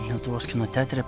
lietuvos kino teatre